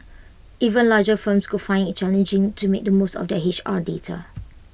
even larger firms could find IT challenging to make the most of their H R data